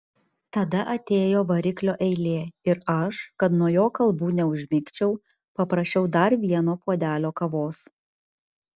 tada atėjo variklio eilė ir aš kad nuo jo kalbų neužmigčiau paprašiau dar vieno puodelio kavos